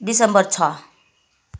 दिसम्बर छ